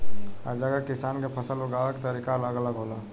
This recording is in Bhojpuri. हर जगह के किसान के फसल उगावे के तरीका अलग अलग होला